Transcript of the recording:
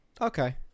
okay